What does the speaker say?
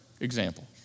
example